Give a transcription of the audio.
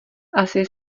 asi